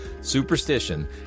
superstition